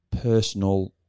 personal